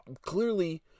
clearly